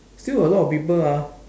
still a lot of people ah